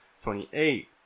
twenty-eight